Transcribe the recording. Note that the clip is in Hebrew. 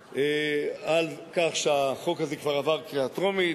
על כך שהחוק הזה כבר עבר קריאה טרומית,